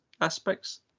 aspects